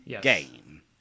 game